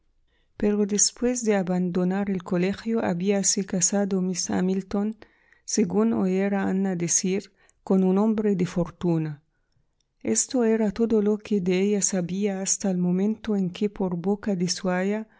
pero después de abandonar el colegio habíase casado miss hamilton según oyera ana decir con un hombre de fortuna esto era todo lo que de ella sabía hasta el momento en que por boca de